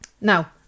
now